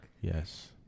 Yes